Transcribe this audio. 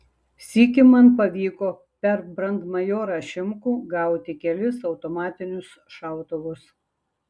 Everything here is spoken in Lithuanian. sykį man pavyko per brandmajorą šimkų gauti kelis automatinius šautuvus